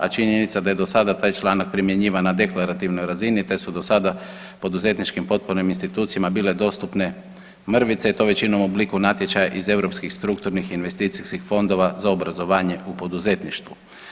A činjenica da je do sada taj članak primjenjivan na deklarativnoj razini te su do sada poduzetničkim potpornim institucijama bile dostupne mrvice i to većinom u obliku natječaja iz europskih strukturnih investicijskih fondova za obrazovanje u poduzetništvu.